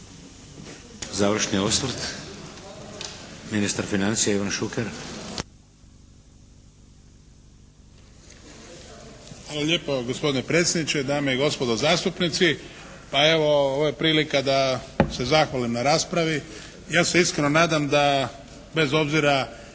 Završni osvrt, ministar financija Ivan Šuker. **Šuker, Ivan (HDZ)** Hvala lijepa gospodine predsjedniče. Dame i gospodo zastupnici pa evo ovo je prilika da se zahvalim na raspravi. Ja se iskreno nadam da bez obzira